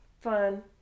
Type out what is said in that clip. fun